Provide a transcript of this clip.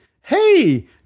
hey